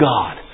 God